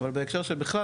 אבל בהקשר של בכלל,